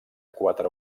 quatre